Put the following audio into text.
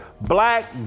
black